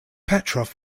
petrov